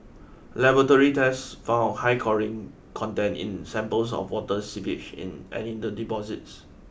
laboratory tests found high chlorine content in samples of water seepage in and in the deposits